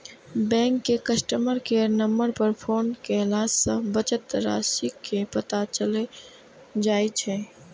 bank के customer care number पर phone कयला सं बचत राशिक पता चलि जाइ छै